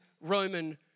Roman